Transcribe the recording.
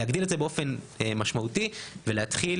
להגדיל את זה באופן משמעותי ולהתחיל